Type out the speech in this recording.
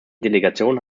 delegation